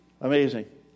Amazing